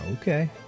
okay